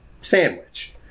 sandwich